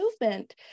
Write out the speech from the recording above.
movement